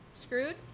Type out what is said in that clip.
screwed